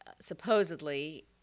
supposedly